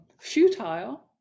futile